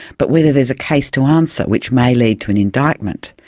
but whether there's a case to answer, which may lead to an indictment,